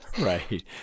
right